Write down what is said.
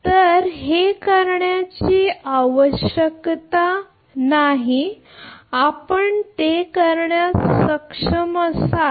तर हे करण्याची आवश्यकता नाही आपण ते करण्यास सक्षम असाल